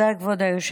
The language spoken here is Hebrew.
תודה, כבוד היושב-ראש.